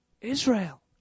Israel